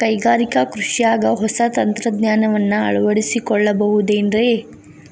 ಕೈಗಾರಿಕಾ ಕೃಷಿಯಾಗ ಹೊಸ ತಂತ್ರಜ್ಞಾನವನ್ನ ಅಳವಡಿಸಿಕೊಳ್ಳಬಹುದೇನ್ರೇ?